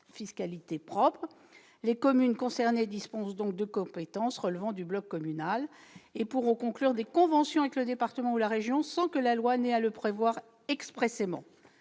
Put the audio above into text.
fiscalité propre ». Les communes concernées disposent donc de compétences relevant du bloc communal et pourront conclure des conventions avec le département ou la région sans que la loi ait à le prévoir expressément.